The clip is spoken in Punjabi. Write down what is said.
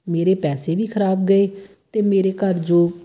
ਮੇਰੇ ਪੈਸੇ ਵੀ ਖਰਾਬ ਗਏ ਅਤੇ ਮੇਰੇ ਘਰ ਜੋ